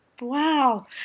Wow